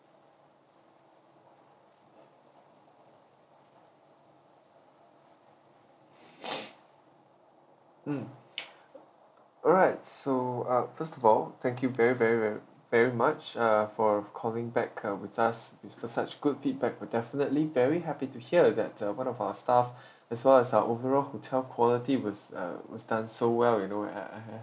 mm alright so uh first of all thank you very very very very much ah for calling back uh with us it's a such good feedback we're definitely very happy to hear that uh one of our staff as well as our overall hotel quality was uh was done so well you know I I ha~